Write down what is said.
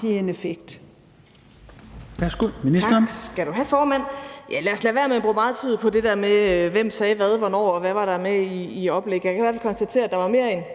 en effekt.